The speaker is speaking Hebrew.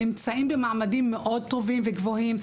אנשים נמצאים בעמדות טובות וגבוהות.